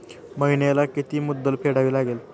महिन्याला किती मुद्दल फेडावी लागेल?